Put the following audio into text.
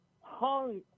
hung